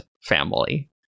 family